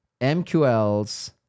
MQLs